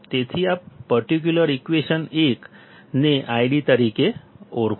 તેથી આ particular equation 1 ને ID તરીકે ઓળખો